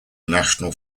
national